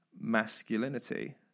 masculinity